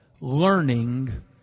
learning